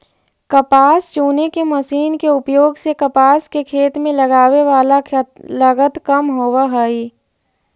कपास चुने के मशीन के उपयोग से कपास के खेत में लगवे वाला लगत कम होवऽ हई